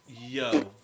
Yo